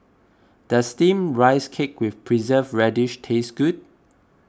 does Steamed Rice Cake with Preserved Radish taste good